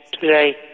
today